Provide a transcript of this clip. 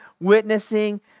witnessing